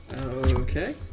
Okay